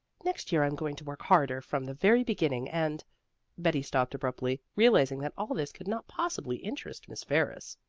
next year i'm going to work harder from the very beginning, and betty stopped abruptly, realizing that all this could not possibly interest miss ferris.